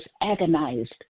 agonized